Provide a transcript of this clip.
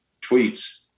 tweets